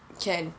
can